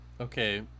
Okay